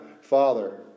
Father